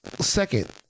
second